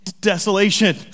desolation